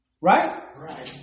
Right